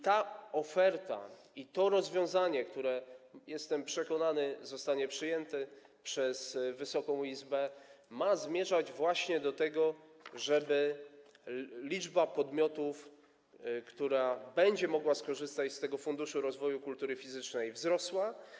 Ta oferta i to rozwiązanie, które - jestem przekonany - zostanie przyjęte przez Wysoką Izbę, ma zmierzać właśnie do tego, żeby liczba podmiotów, która będzie mogła skorzystać z tego Funduszu Rozwoju Kultury Fizycznej, wzrosła.